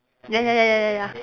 ya ya ya ya ya ya